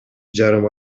жарым